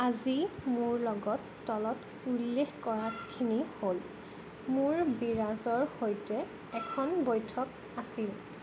আজি মোৰ লগত তলত উল্লেখ কৰাখিনি হ'ল মোৰ বিৰাজৰ সৈতে এখন বৈঠক আছিল